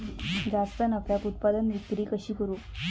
जास्त नफ्याक उत्पादन विक्री कशी करू?